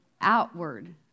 outward